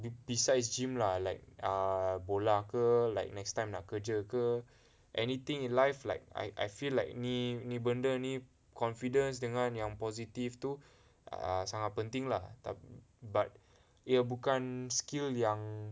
besides gym lah like err bola ke like next time nak kerja ke anything in life like I I feel like ni ni benda ni confidence dengan yang positive tu err sangat penting lah but ia bukan skill yang